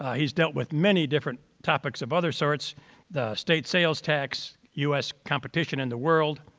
he's dealt with many different topics of other sortso the state sales tax, us competition in the world.